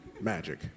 Magic